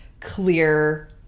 clear